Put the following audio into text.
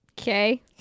Okay